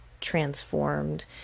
transformed